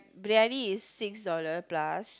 briyani is six dollar plus